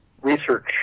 research